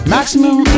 Maximum